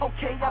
Okay